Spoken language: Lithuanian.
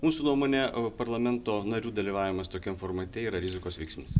mūsų nuomone parlamento narių dalyvavimas tokiam formate yra rizikos veiksnys